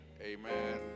amen